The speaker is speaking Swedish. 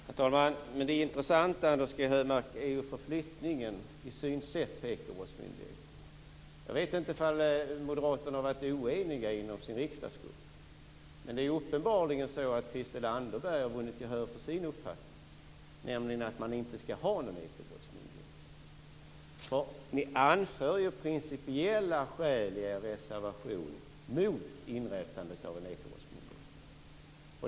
Herr talman! Det intressanta är ju förflyttningen i er syn på Ekobrottsmyndigheten. Jag vet inte om ni moderater har varit oeniga inom er riksdagsgrupp, men det är uppenbarligen så att Christel Anderberg har vunnit gehör för sin uppfattning, nämligen att man inte skall ha någon ekobrottsmyndighet. Ni anför ju principiella skäl i er reservation mot införandet av en ekobrottsmyndighet.